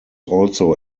also